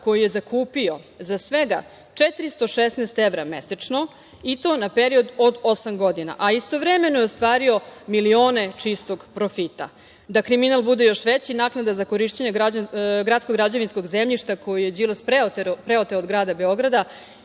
koji je zakupio za svega 416 evra mesečno i to na period od osam godina. Istovremeno je ostvario milione čistog profita. Da kriminal bude još veći, naknada za korišćenje gradskog građevinskog zemljišta koje je Đilas preoteo od grada Beograda